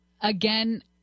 Again